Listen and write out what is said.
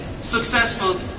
successful